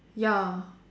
ya